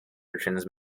urchins